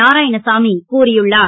நாராயணசாமி கூறியுள்ளார்